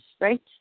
right